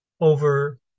over